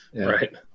Right